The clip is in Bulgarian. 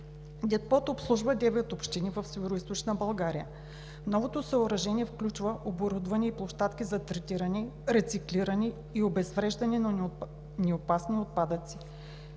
Депото обслужва девет общини в Североизточна България. Новото съоръжение включва оборудване и площадки за третиране, рециклиране и обезвреждане на неопасни отпадъци.